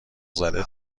زده